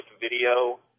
video